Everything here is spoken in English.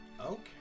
Okay